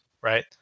right